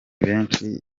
benshi